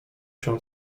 się